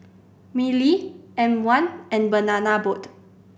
Mili M One and Banana Boat